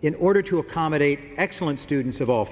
in order to accommodate excellent students of all